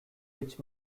which